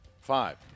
Five